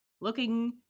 looking